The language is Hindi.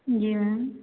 जी मैम